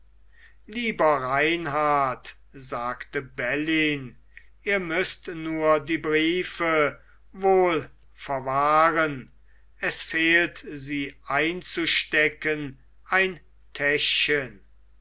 lieber reinhart sagte bellyn ihr müßt nur die briefe wohl verwahren es fehlt sie einzustecken ein täschchen